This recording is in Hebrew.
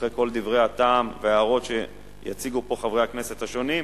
אחרי כל דברי הטעם וההערות שיציגו פה חברי הכנסת השונים,